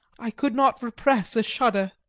i could not repress a shudder.